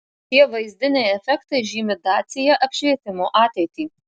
šie vaizdiniai efektai žymi dacia apšvietimo ateitį